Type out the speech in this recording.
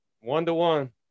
one-to-one